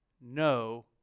no